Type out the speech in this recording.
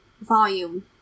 volume